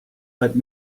let